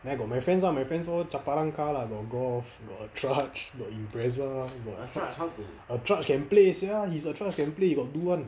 then got my friends ah my friends all kapalang car lah got golf got attrage got impreza got attrage can play sia his attrage can play he got do [one]